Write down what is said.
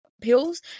pills